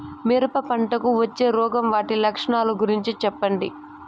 మిరప పంటకు వచ్చే రోగం వాటి లక్షణాలు గురించి చెప్పండి?